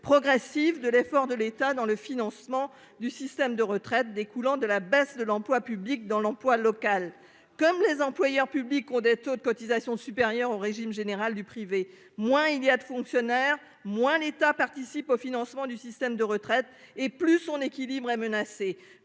progressive de l'effort de l'État dans le financement du système de retraites découlant de la baisse de l'emploi public dans l'emploi local comme les employeurs publics ont des taux de cotisation supérieure au régime général du privé. Moins il y a de fonctionnaires, moins l'État participe au financement du système de retraite et plus on équilibre menacée